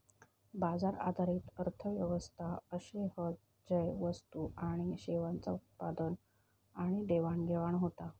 बाजार आधारित अर्थ व्यवस्था अशे हत झय वस्तू आणि सेवांचा उत्पादन आणि देवाणघेवाण होता